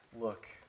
look